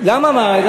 למה רעש?